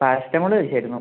paracetamol കഴിച്ചായിരുന്നു